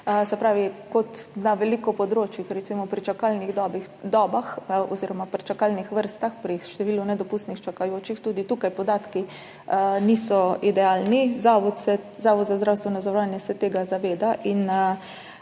raznoliko, kot na veliko področjih, ker recimo pri čakalnih dobah oziroma pri čakalnih vrstah, pri številu nedopustnih čakajočih, podatki tudi tukaj niso idealni. Zavod za zdravstveno zavarovanje se tega zaveda